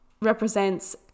represents